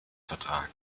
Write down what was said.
vertrag